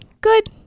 good